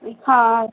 हँ